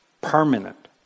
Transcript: permanent